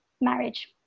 marriage